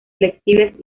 flexibles